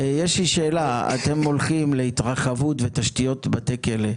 שם להם את הפתק בקלפי.